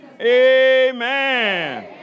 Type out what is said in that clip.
amen